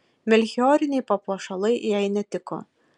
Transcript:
melchioriniai papuošalai jai netiko